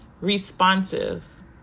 responsive